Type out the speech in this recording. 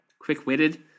quick-witted